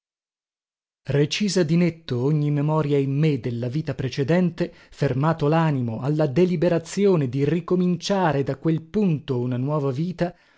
recisa di netto ogni memoria in me della vita precedente fermato lanimo alla deliberazione di ricominciare da quel punto una nuova vita